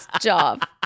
job